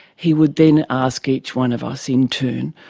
he would then ask each one of us in turn,